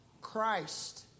Christ